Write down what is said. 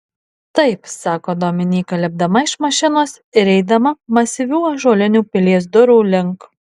taip sako dominyka lipdama iš mašinos ir eidama masyvių ąžuolinių pilies durų link